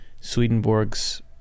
Swedenborg's